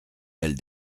ailes